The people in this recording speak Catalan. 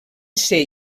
ser